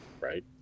right